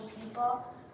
people